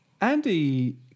Andy